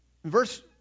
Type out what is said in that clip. verse